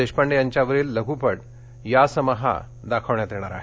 देशपांडे यांच्यावरील लघुपट यासम हा दाखविण्यात येणार आहे